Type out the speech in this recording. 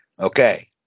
Okay